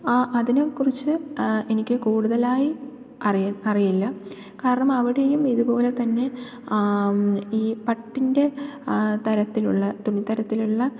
അതിനെക്കുറിച്ച് എനിക്ക് കൂടുതലായി അറിയില്ല കാരണം അവിടെയും ഇതുപോലെത്തന്നെ ഈ പട്ടിൻ്റെ തരത്തിലുള്ള തുണിത്തരത്തിലുള്ള